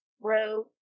row